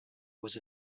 was